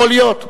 יכול להיות.